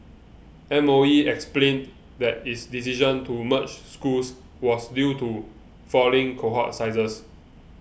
M O E explained that its decision to merge schools was due to falling cohort sizes